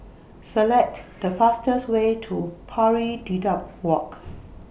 Select The fastest Way to Pari Dedap Walk